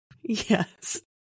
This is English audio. yes